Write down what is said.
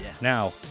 Now